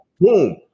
Boom